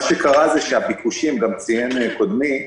מה שקרה הוא שהביקושים גם ציין קודמי,